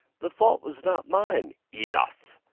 the fault was not mine. enough!